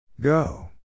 Go